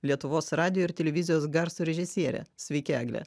lietuvos radijo ir televizijos garso režisierė sveiki egle